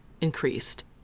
increased